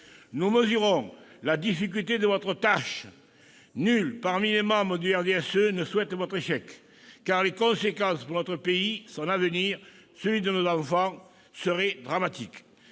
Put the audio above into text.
Nous mesurons la difficulté de votre tâche. Nul, parmi les membres du RDSE, ne souhaite votre échec, car les conséquences pour notre pays, son avenir, celui de nos enfants, seraient dramatiques.